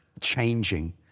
changing